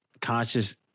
Conscious